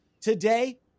today